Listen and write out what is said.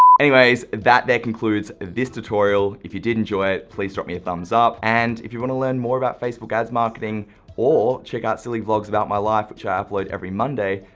anyways, that there concludes this tutorial. if you did enjoy it, please drop me a thumbs up and if you wanna learn more about facebook ads marketing or check out silly vlogs about my life, which i upload every monday,